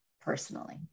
personally